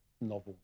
novel